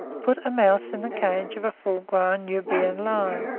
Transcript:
put a mouse in the cage of a full-grown nubian lion.